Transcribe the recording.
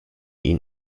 ihn